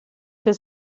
für